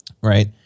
right